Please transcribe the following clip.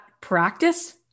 practice